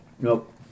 Nope